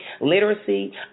literacy